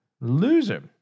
loser